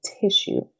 tissue